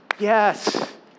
Yes